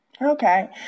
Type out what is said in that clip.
Okay